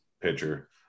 pitcher